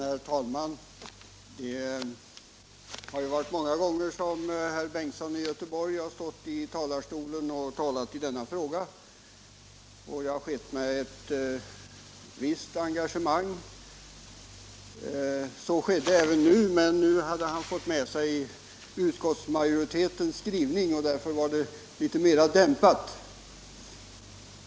Herr talman! Herr Bengtsson i Göteborg har många gånger stått i talarstolen här och talat i denna fråga, och det har skett med ett visst engagemang. Så var det även nu, men i dag hade han fått med utskottsmajoritetens skrivning, och därför var hans tal litet mera dämpat.